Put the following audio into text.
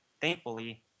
Thankfully